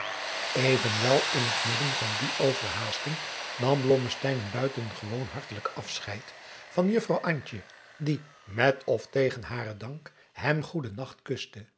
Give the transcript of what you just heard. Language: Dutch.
evenwel in het midden van die overhaasting nam blommesteyn een buitengewoon hartelijk afscheid van juffrouw antje die met of tegen haren dank hem goeden nacht kuste